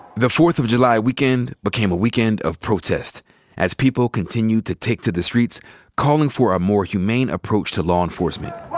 the fourth of july weekend became a weekend of protest as people continued to take to the streets, calling for a more humane approach to law enforcement.